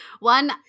One